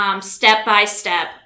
step-by-step